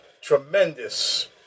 tremendous